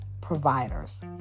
providers